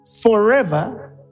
forever